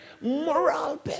moral